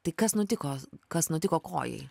tai kas nutiko kas nutiko kojai